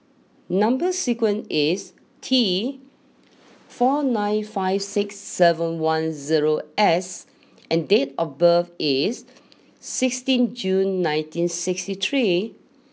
number sequence is T four nine five six seven one zero S and date of birth is sixteen June nineteen sixty three